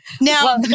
Now